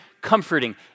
comforting